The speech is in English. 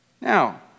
Now